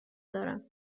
دارند